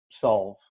solve